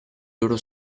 loro